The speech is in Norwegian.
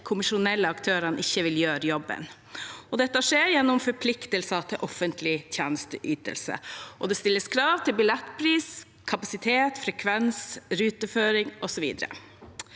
kommersielle aktørene ikke vil gjøre jobben. Dette skjer gjennom forpliktelser til offentlig tjenesteytelse, og det stilles krav til billettpris, kapasitet, frekvens, ruteføring osv.